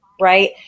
Right